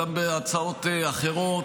גם בהצעות אחרות,